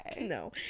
no